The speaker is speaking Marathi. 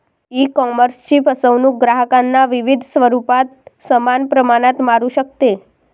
ईकॉमर्सची फसवणूक ग्राहकांना विविध स्वरूपात समान प्रमाणात मारू शकते